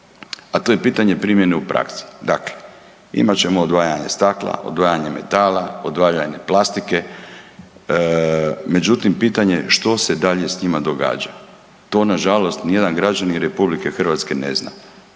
a to je pitanje primjene u praksi. Dakle, imat ćemo odvajanje stakla, odvajanje metala, odvajanje plastike, međutim pitanje je što se dalje s njima događa? To nažalost nijedan građanin RH ne zna.